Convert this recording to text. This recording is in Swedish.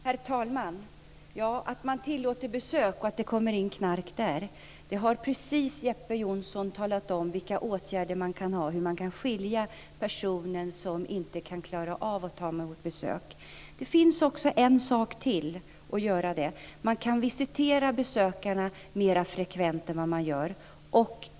Herr talman! Att man tillåter besök och att det då kommer in knark har precis Jeppe Johnsson talat om hur man kan åtgärda. Man kan avskilja personen som inte klarar av att ta emot besök. Det finns också en sak till att göra. Man kan visitera besökarna mer frekvent än man gör nu.